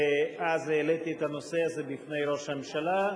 אז העליתי את הנושא הזה לפני ראש הממשלה,